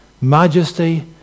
majesty